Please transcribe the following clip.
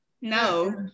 No